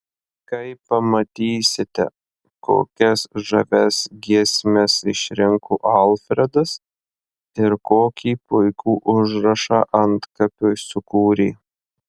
kai pamatysite kokias žavias giesmes išrinko alfredas ir kokį puikų užrašą antkapiui sukūrė